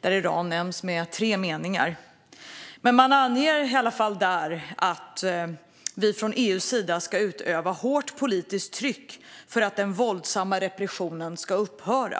där Iran nämndes med tre meningar, men där angavs i alla fall att vi från EU:s sida ska utöva hårt politiskt tryck för att den våldsamma repressionen ska upphöra.